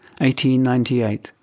1898